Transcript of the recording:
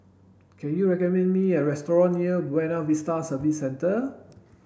can you recommend me a restaurant near Buona Vista Service Centre